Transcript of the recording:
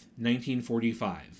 1945